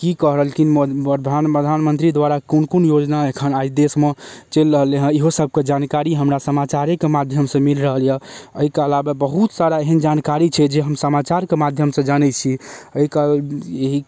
की कहलखिन प्रधानमन्त्री द्वारा कोन कोन योजना एखन आइ देशमे चलि रहलै हँ इहो सबके जानकारी हमरा समाचारेके माध्यमसँ मिल रहल यऽ ओइके अलावा बहुत सारा एहन जानकारी छै जे हम समाचारके माध्यमसँ जानै छी ओइके यही